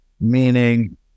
meaning